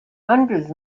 hundreds